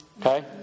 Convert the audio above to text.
Okay